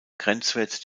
grenzwert